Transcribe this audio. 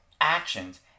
actions